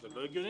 זה לא הגיוני.